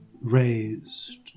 raised